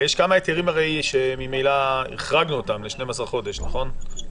יש הרי כמה היתרים שממילא החרגנו אותם ל-12 חודשים לטובה,